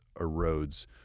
erodes